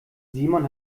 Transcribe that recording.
simon